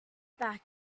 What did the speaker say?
back